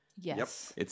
Yes